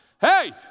hey